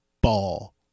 ball